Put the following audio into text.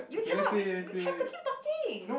you cannot we we have to keep talking